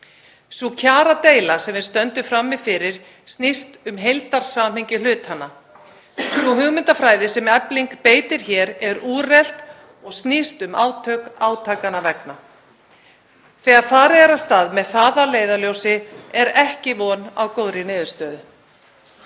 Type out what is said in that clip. Sú kjaradeila sem við stöndum frammi fyrir snýst um heildarsamhengi hlutanna. Sú hugmyndafræði sem Efling beitir hér er úrelt og snýst um átök átakanna vegna. Þegar farið er af stað með það að leiðarljósi er ekki von á góðri niðurstöðu.